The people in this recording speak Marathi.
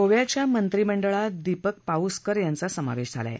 गोव्याच्या मंत्रीमंडळात दीपक पाउसकर यांचा समावेश झाला आहे